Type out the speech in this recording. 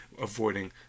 avoiding